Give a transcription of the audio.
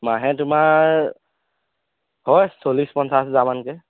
মাহে তোমাৰ হয় চল্লিছ পঞ্চাছ হেজাৰমানকৈ